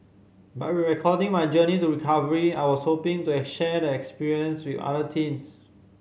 by recording my journey to recovery I was hoping to share the experience with other teens